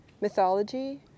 mythology